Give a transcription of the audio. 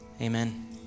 Amen